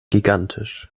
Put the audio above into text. gigantisch